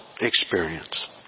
experience